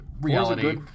reality